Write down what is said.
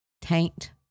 Taint